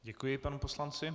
Děkuji panu poslanci.